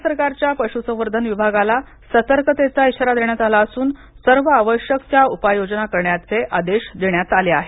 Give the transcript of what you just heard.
राज्य सरकारच्या पशुसंवर्धन विभागाला सतर्कतेचा इशारा देण्यात आला असून सर्व आवश्यक त्या उपाययोजना करण्याचे आदेश देण्यात आले आहेत